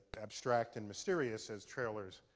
abstract and mysterious as trailers,